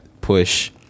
Push